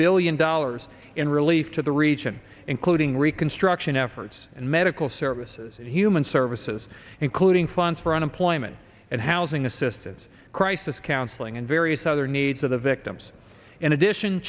billion dollars in relief to the region including reconstruction efforts and medical services and human services including funds for unemployment and housing assistance crisis counseling and various other needs of the victims in addition